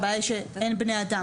הבעיה היא שאין בני אדם,